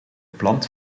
plant